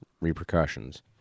repercussions